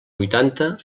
vuitanta